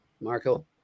Marco